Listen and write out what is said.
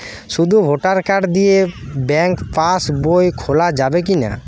শুধু voter card দিয়ে bank pass বই খোলা যাবে কিনা?